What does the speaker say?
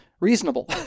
reasonable